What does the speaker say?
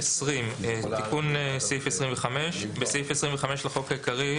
תיקון סעיף 25 20. בסעיף 25 לחוק העיקרי,